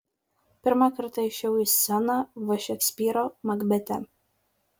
pirmą kartą išėjau į sceną v šekspyro makbete